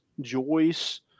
Joyce